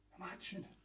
Imagine